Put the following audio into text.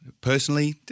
personally